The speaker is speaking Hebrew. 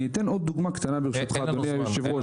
אני אתן עוד דוגמה קטנה ברשותך אדוני יושב הראש.